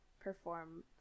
perform